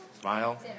Smile